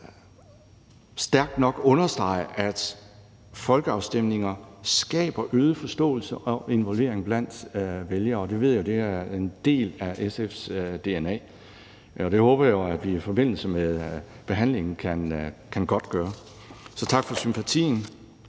stærkt nok understrege, at folkeafstemninger skaber øget forståelse og involvering blandt vælgere, og det ved jeg er en del af SF's dna. Det håber jeg jo at vi i forbindelse med behandlingen kan godtgøre – så tak for sympatien.